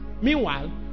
Meanwhile